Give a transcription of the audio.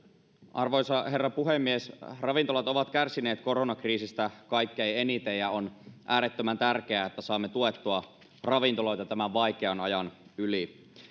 arvoisa herra puhemies ravintolat ovat kärsineet koronakriisistä kaikkein eniten ja on äärettömän tärkeää että saamme tuettua ravintoloita tämän vaikean ajan yli